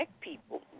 people